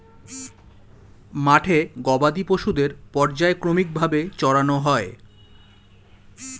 মাঠে গবাদি পশুদের পর্যায়ক্রমিক ভাবে চরানো হয়